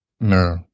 No